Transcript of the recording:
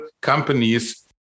companies